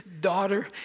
daughter